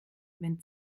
wenn